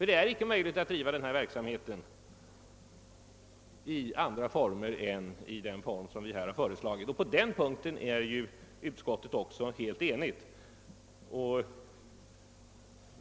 Det är inte möjligt att driva den här verksamheten i andra former än dem vi här föreslagit. På den punkten är utskottet också helt enigt.